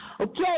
okay